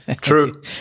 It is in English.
True